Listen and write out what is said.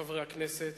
חברי הכנסת,